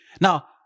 Now